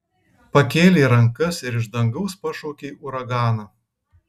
pakėlei rankas ir iš dangaus pašaukei uraganą